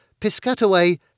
Piscataway